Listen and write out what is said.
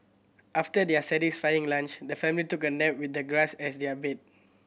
after their satisfying lunch the family took a nap with the grass as their bed